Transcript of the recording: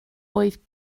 oedd